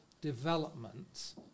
development